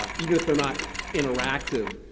ah even if they're not interactive,